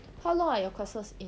how long are your classes in